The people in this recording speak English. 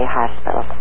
hospital